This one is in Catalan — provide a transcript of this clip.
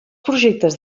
projectes